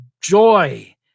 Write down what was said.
joy